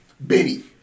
Benny